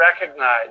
recognize